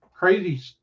crazy